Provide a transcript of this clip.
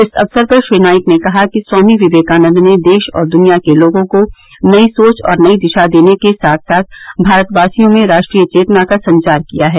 इस अवसर पर श्री नाईक ने कहा कि स्वामी विवेकानन्द ने देश और दुनिया के लोगों को नई सोच और नई दिशा देने के साथ साथ भारतवासियों में राष्ट्रीय चेतना का संचार किया है